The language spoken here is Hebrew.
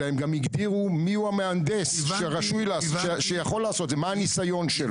אלא הם גם הגדירו מי המהנדס שיכול לעשות את זה ומה הניסיון שלו.